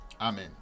amen